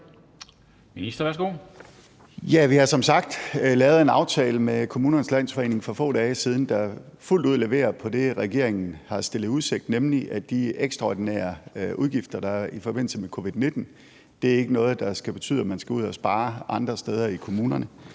som sagt lavet en aftale med Kommunernes Landsforening for få dage siden, der fuldt ud leverer på det, regeringen har stillet i udsigt, nemlig at de ekstraordinære udgifter, der er i forbindelse med covid-19, ikke er noget, der skal betyde, at man skal ud at spare andre steder i kommunerne.